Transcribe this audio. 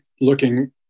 looking